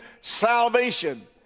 salvation